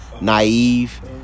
naive